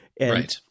right